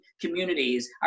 communities